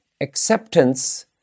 Acceptance